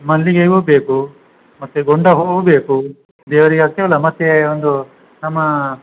ಮಲ್ಲಿಗೆಯೂ ಬೇಕು ಮತ್ತು ಗೊಂಡೆ ಹೂವು ಬೇಕು ದೇವರಿಗೆ ಅಷ್ಟೇ ಅಲ್ಲ ಮತ್ತು ಒಂದು ನಮ್ಮ